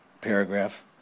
paragraph